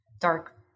dark